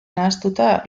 nahastuta